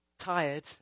tired